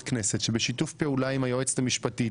הכנסת בשיתוף פעולה עם היועצת המשפטית